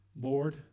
Lord